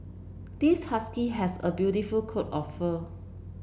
this husky has a beautiful coat of fur